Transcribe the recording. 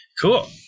Cool